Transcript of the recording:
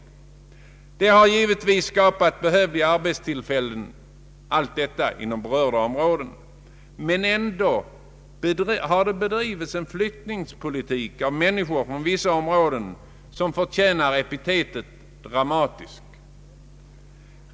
Allt detta har givetvis skapat behövliga arbetstillfällen inom berörda områden, men ändå har det bedrivits en politik som inneburit att människor flyttats på ett sätt som förtjänar epitetet dramatiskt.